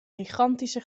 gigantische